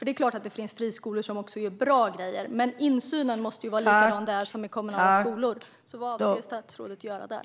Det är klart att det finns friskolor som gör bra grejer, men insynen måste vara likadan där som i kommunala skolor. Vad avser statsrådet att göra där?